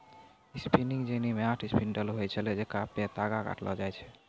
spinning jenny मे आठ spindle होय छलै जेकरा पे तागा काटलो जाय छलै